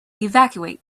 evacuate